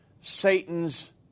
Satan's